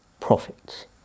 profits